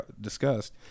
discussed